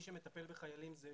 שמטפל בחיילים, זה